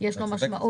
יש לו משמעות.